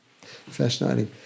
Fascinating